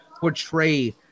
portray